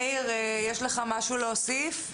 מאיר, יש לך משהו להוסיף?